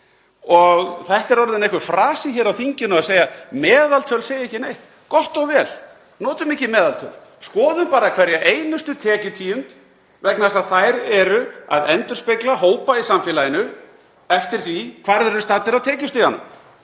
Það er orðinn einhver frasi í þinginu að segja: Meðaltöl segja ekki neitt. Gott og vel, notum ekki meðaltöl, skoðum bara hverja einustu tekjutíund vegna þess að þær eru að endurspegla hópa í samfélaginu eftir því hvar þeir eru staddir í tekjustiganum.